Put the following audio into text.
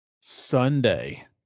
Sunday